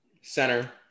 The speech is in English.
center